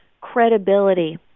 credibility